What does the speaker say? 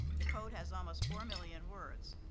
the code has almost four million words.